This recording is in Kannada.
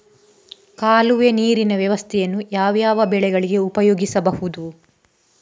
ಕಾಲುವೆ ನೀರಿನ ವ್ಯವಸ್ಥೆಯನ್ನು ಯಾವ್ಯಾವ ಬೆಳೆಗಳಿಗೆ ಉಪಯೋಗಿಸಬಹುದು?